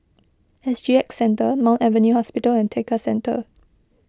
S G X Centre Mount Alvernia Hospital and Tekka Centre